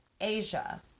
asia